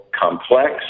complex